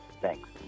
Thanks